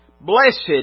Blessed